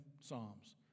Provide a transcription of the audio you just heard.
psalms